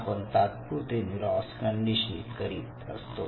आपण तात्पुरते neurons conditioning करीत होतो